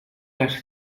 las